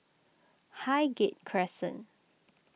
Highgate Crescent